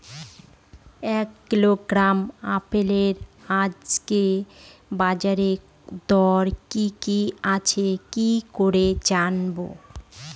এক কিলোগ্রাম আপেলের আজকের বাজার দর কি কি আছে কি করে জানবো?